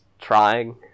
trying